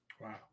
Wow